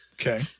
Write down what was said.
Okay